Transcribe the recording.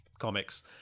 comics